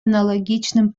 аналогичным